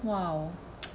!wow!